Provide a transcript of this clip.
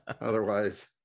Otherwise